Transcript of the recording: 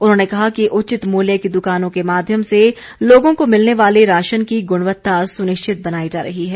उन्होंने कहा कि उचित मूल्य की दुकानों के माध्यम से लोगों को मिलने वाले राशन की गुणवत्ता सुनिश्चित बनाई जा रही है